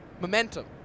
Momentum